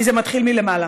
כי זה מתחיל מלמעלה.